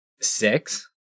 six